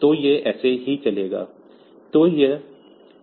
तो यह ऐसे ही चलेगा